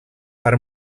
per